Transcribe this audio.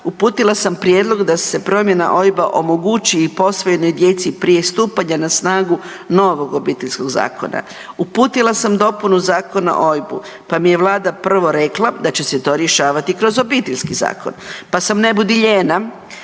uputila sam prijedlog da se promjena OIB-a omogući i posvojenoj djeci prije stupanja na snagu novog Obiteljskog zakona. Uputila sam dopunu Zakona o OIB-u, pa mi je Vlada prvo rekla da će se to rješavati kroz Obiteljski zakon. Pa sam ne budi lijena